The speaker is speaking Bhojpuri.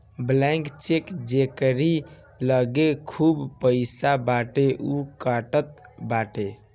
ब्लैंक चेक जेकरी लगे खूब पईसा बाटे उ कटात बाटे